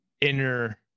inner